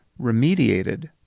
remediated